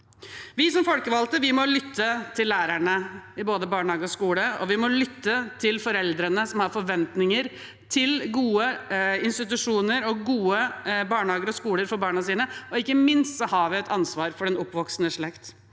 Vi som folkevalgte må lytte til lærerne, i både barnehagen og skolen, og vi må lytte til foreldrene som har forventninger til gode institusjoner og gode barnehager og skoler for barna sine. Ikke minst har vi et ansvar for den oppvoksende slekten.